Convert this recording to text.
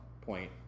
point